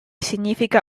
significa